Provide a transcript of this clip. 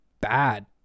bad